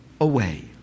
away